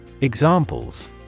Examples